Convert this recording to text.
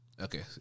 Okay